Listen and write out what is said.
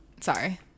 sorry